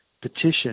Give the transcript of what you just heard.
petition